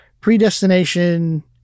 predestination